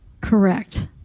Correct